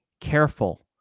careful